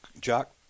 Jock